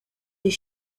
his